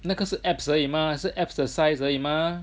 那个是 apps 而已嘛是 apps 的 size 而已嘛